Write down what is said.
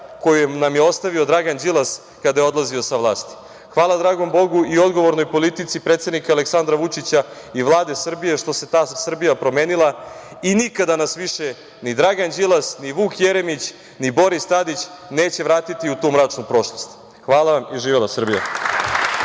koju nam je ostavio Dragan Đilas kada je odlazio sa vlasti. Hvala dragom Bogu i odgovornoj politici predsednika Aleksandra Vučića i Vlade Srbije što se ta Srbija promenila i nikada nas više ni Dragan Đilas, ni Vuk Jeremić, ni Boris Tadić neće vratiti u tu mračnu prošlost. Hvala i živela Srbija.